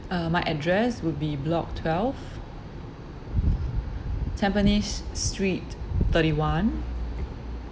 uh my address would be block twelve tampines street thirty one